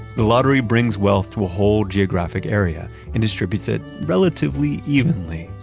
the lottery brings wealth to a whole geographic area and distributes it relatively evenly,